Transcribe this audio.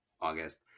August